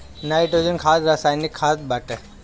nitrogen खाद रासायनिक खाद बाटे